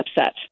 upset